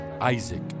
Isaac